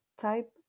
type